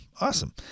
awesome